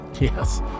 Yes